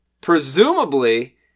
Presumably